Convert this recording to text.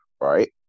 right